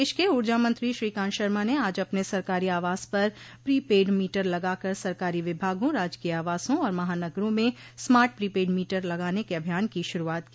प्रदेश के ऊर्जा मंत्री श्रीकांत शर्मा ने आज अपने सरकारी आवास पर प्रीपैड मीटर लगाकर सरकारी विभागों राजकीय आवासों और महानगरों में स्मार्ट प्रीपैड मीटर लगाने के अभियान की शुरूआत की